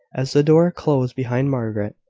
as the door closed behind margaret,